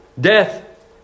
Death